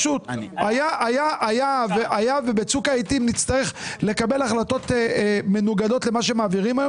היה ובצוק העיתים נצטרך לקבל החלטות מנוגדות למה שמעבירים היום,